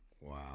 Wow